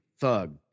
thug